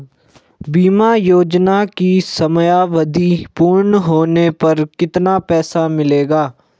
बीमा योजना की समयावधि पूर्ण होने पर कितना पैसा मिलेगा?